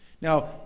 Now